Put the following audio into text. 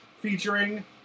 featuring